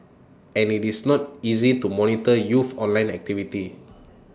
and IT is not easy to monitor youth online activity